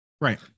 Right